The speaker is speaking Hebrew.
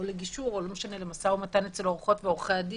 לגישור או למשא ומתן אצל עורכות ועורכי הדין,